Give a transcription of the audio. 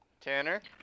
Tanner